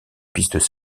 pistes